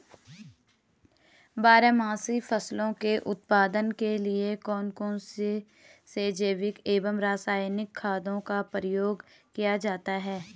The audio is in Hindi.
बारहमासी फसलों के उत्पादन के लिए कौन कौन से जैविक एवं रासायनिक खादों का प्रयोग किया जाता है?